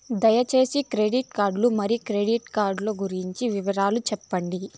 దయసేసి credit card మరియు credit card లు గురించి వివరాలు సెప్పండి?